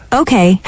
okay